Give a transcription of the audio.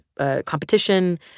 competition